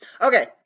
Okay